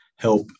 help